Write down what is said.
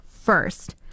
first